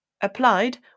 applied